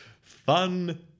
Fun